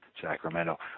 Sacramento